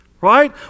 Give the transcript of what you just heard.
Right